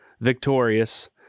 Victorious